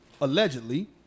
allegedly